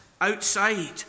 outside